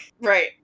Right